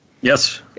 Yes